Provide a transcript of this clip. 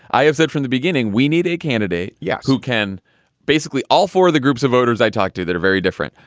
i have said from the beginning we need a candidate yeah who can basically all for the groups of voters i talked to that are very different.